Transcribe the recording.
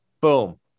boom